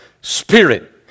spirit